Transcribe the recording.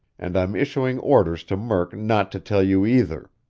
and i'm issuing orders to murk not to tell you, either.